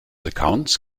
accounts